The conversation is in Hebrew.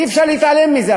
אי-אפשר להתעלם מזה.